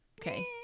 Okay